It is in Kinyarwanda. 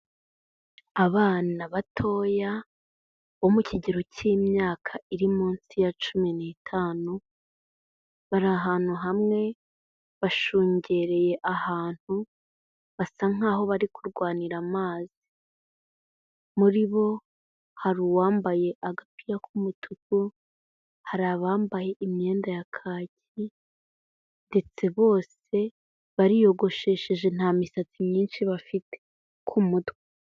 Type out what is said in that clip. Abana batoya bo mu kigero cy'imyaka iri munsi ya cumi n'itanu, bari ahantu hamwe, bashungereye ahantu basa nk'aho bari kurwanira amazi, muri bo hari uwambaye agapira k'umutuku, hari abambaye imyenda ya kacyi, ndetsetse bose bariyogoshesheje nta misatsi myinshi bafite ku mutwe.